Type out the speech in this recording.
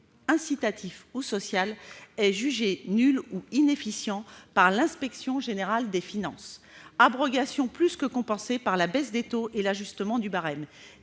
incitatif ou social est jugé nul ou inefficient par l'Inspection générale des finances. Cette abrogation est plus que compensée par la baisse des taux et l'ajustement du barème.